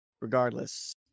regardless